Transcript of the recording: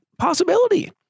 possibility